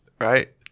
Right